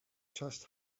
just